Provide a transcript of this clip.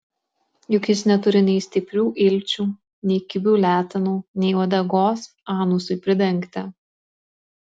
juk jis neturi nei stiprių ilčių nei kibių letenų nei uodegos anusui pridengti